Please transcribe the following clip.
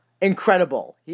incredible